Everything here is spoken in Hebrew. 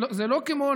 זה לא כמו,